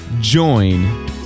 join